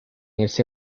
irse